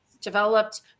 developed